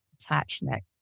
attachment